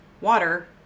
water